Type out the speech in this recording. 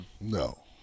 No